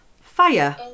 fire